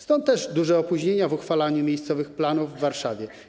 Stąd też duże opóźnienia w uchwalaniu miejscowych planów w Warszawie.